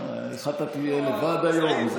איך אתה תהיה לבד היום?